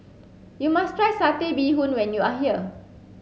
you must try satay bee hoon when you are here